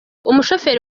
umushoferi